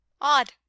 Odd